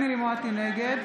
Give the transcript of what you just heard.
מואטי, נגד